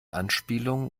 anspielungen